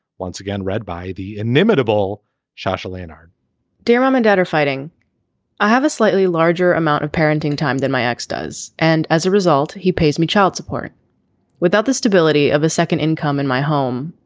once again read by the inimitable charlie and our dear mom and dad are fighting i have a slightly larger amount of parenting time than my ex does and as a result he pays me child support without the stability of a second income in my home.